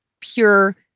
pure